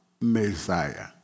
Messiah